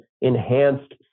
enhanced